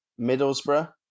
Middlesbrough